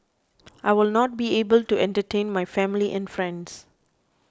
I will not be able to entertain my family and friends